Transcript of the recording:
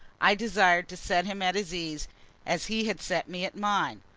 i desired to set him at his ease as he had set me at mine.